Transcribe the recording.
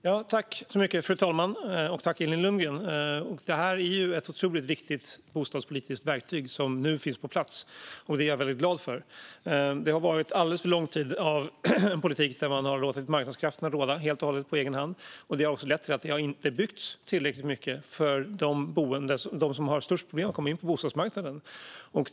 Fru talman! Tack för frågan, Elin Lundgren! Det här är ett otroligt viktigt bostadspolitiskt verktyg som nu finns på plats, och det är jag väldigt glad för. Det har varit alldeles för lång tid av politik där man har låtit marknadskrafterna råda helt och hållet på egen hand. Det har också lett till att det inte har byggts tillräckligt mycket för dem som har störst problem med att komma in på bostadsmarknaden.